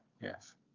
Yes